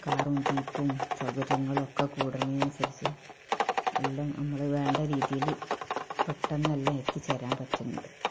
കാറും ജീപ്പും സൗകര്യങ്ങളൊക്കെ കൂടുന്നതിനൻസരിച്ച് എല്ലാം നമ്മള് വേണ്ട രീതിയില് പെട്ടെന്ന് എല്ലാം എത്തിച്ചേരാൻ പറ്റുന്നുണ്ട്